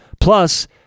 Plus